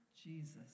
Jesus